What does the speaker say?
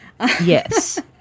Yes